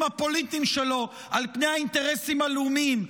הפוליטיים שלו על פני האינטרסים הלאומיים.